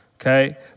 okay